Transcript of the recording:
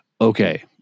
okay